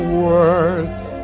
worth